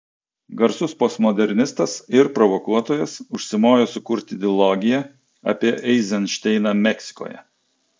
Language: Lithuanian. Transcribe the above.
garsus postmodernistas ir provokuotojas užsimojo sukurti dilogiją apie eizenšteiną meksikoje